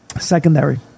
secondary